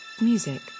music